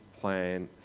plan